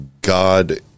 God